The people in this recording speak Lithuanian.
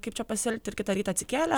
kaip čia pasielgti ir kitą rytą atsikėlę